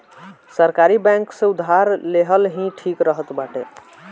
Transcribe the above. सरकारी बैंक से उधार लेहल ही ठीक रहत बाटे